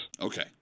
Okay